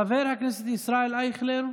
חבר הכנסת ישראל אייכלר,